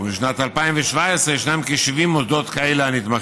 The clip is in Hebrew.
ובשנת 2017 ישנם כ-70 מוסדות כאלה הנתמכים.